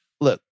Look